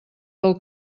del